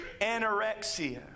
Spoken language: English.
anorexia